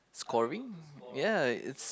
scoring ya it's